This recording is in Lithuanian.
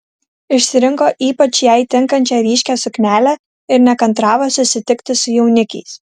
išsirinko ypač jai tinkančią ryškią suknelę ir nekantravo susitikti su jaunikiais